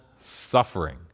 suffering